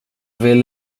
vill